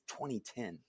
2010